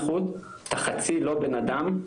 אתה חצי בן אדם,